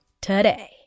today